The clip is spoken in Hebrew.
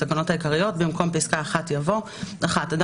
ונתקיים בו אחד מאלה: (א) הוא אינו אזרח ישראל,